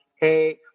Hey